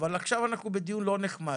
עכשיו אנחנו בדיון לא נחמד.